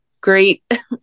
great